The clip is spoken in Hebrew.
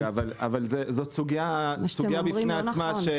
אבל וידאתי את עצמי בצורה